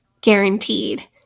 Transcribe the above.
guaranteed